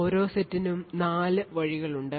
ഓരോ സെറ്റിനും 4 വഴികളുണ്ട്